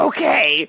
Okay